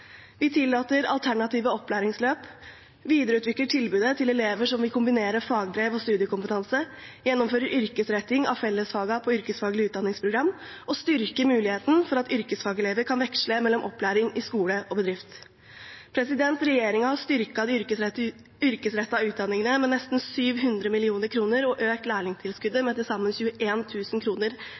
Vi tillater alternative opplæringsløp, videreutvikler tilbudet til elever som vil kombinere fagbrev og studiekompetanse, gjennomfører yrkesretting av fellesfagene på yrkesfaglige utdanningsprogram og styrker muligheten for at yrkesfagelever kan veksle mellom opplæring i skole og bedrift. Regjeringen har styrket de yrkesrettede utdanningene med nesten 700 mill. kr og økt lærlingtilskuddet med til sammen